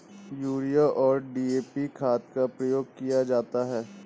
urea और DAP खाद का प्रयोग किया जाता है